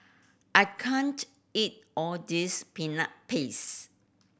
I can't eat all this Peanut Paste